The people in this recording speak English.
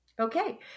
Okay